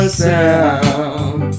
sound